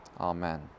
amen